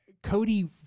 Cody